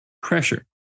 pressure